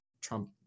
Trump